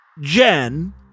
Jen